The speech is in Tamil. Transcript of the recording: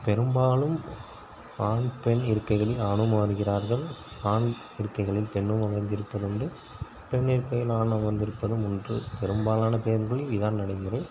பெரும்பாலும் ஆண் பெண் இருக்கைகளில் ஆணும் அமர்கிறார்கள் ஆண் இருக்கைகளில் பெண்ணும் அமர்ந்திருப்பதுண்டு பெண் இருக்கைகளில் ஆணும் அமர்ந்திருப்பதும் உண்டு பெரும்பாலான பேருந்துகளில் இதுதான் நடைமுறை